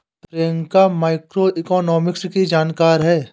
Priyanka macroeconomics की जानकार है